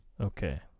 Okay